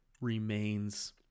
remains